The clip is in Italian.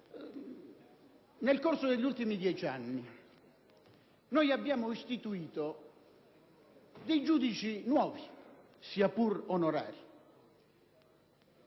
Nel corso degli ultimi dieci anni abbiamo istituito giudici nuovi, sia pure onorari.